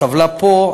הטבלה פה,